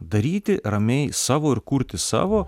daryti ramiai savo ir kurti savo